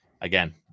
again